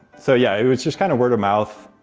so yeah, it was just kind of word of mouth,